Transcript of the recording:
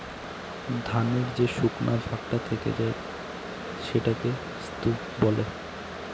ধানের যে শুকনা ভাগটা থেকে যায় সেটাকে স্ত্র বলে